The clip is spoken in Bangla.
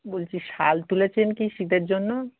বলছি শাল তুলেছেন কি শীতের জন্য